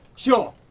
sure,